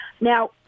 Now